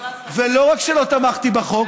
ולא רק שלא תמכתי בחוק,